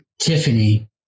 tiffany